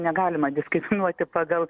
negalima diskriminuoti pagal